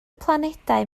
planedau